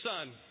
son